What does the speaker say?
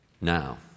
Now